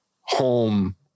home